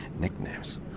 Nicknames